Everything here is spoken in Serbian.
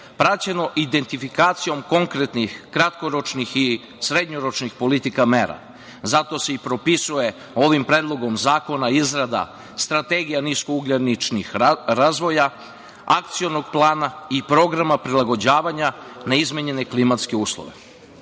praćeno identifikacijom konkretnih kratkoročnih i srednjoročnih politika mera. Zato se i propisuje ovim Predlogom zakona izrada strategija nisko ugljeničnih razvoja, akcionog plana i programa prilagođavanja na izmenjene klimatske uslove. Ovaj